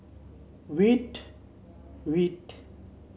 Veet Veet